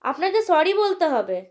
আপনাকে স্যরি বলতে হবে